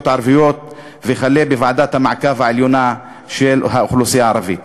הערביות וועדת המעקב העליונה של האוכלוסייה הערבית.